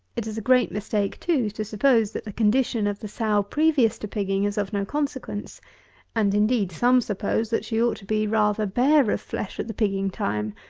it is a great mistake, too, to suppose that the condition of the sow previous to pigging is of no consequence and, indeed, some suppose, that she ought to be rather bare of flesh at the pigging time.